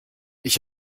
ich